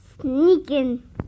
Sneaking